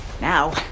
now